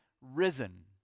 risen